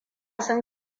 sun